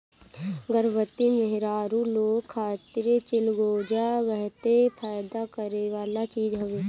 गर्भवती मेहरारू लोग खातिर चिलगोजा बहते फायदा करेवाला चीज हवे